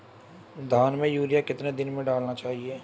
धान में यूरिया कितने दिन में डालना चाहिए?